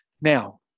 now